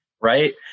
Right